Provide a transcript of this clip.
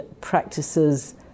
practices